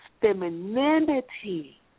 femininity